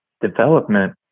development